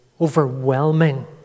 overwhelming